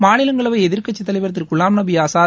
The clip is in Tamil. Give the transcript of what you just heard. மாநிலங்களவை எதிர்க்கட்சித் தலைவர் திரு குலாம்நபி ஆசாத்